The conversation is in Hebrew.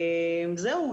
זהו,